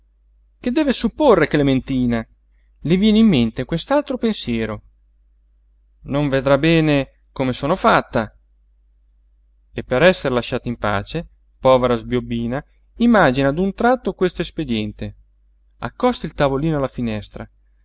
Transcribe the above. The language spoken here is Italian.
che deve supporre clementina le viene in mente quest'altro pensiero non vedrà bene come sono fatta e per essere lasciata in pace povera sbiobbina immagina d'un tratto questo espediente accosta il tavolino alla finestra